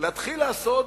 להתחיל לעשות